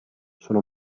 sono